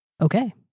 Okay